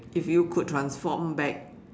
if you could transform back